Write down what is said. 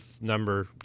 number